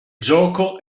gioco